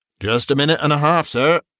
just a minute and a half, sir,